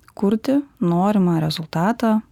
kurti norimą rezultatą